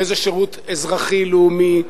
יהיה זה שירות אזרחי לאומי,